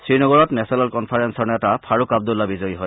শ্ৰীনগৰত নেচনেল কনফাৰেঞ্চৰ নেতা ফাৰুক আব্দুল্লা বিজয়ী হয়